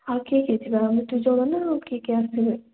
ଆଉ କିଏ କିଏ ଯିବା ଆମେ ତ ଦୁଇଜଣ ନା ଆଉ କିଏ କିଏ ଆସିବେ